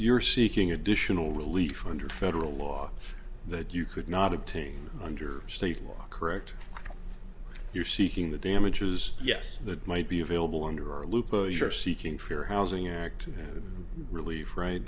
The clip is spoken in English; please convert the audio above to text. you're seeking additional relief under federal law that you could not obtain under state law correct you're seeking the damages yes that might be available under our lupo's you're seeking fair housing act relief right